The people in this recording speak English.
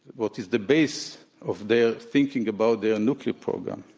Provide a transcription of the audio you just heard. what is the base of their thinking about their nuclear program.